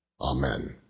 Amen